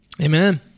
Amen